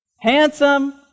Handsome